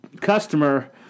customer